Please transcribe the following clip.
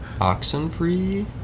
Oxenfree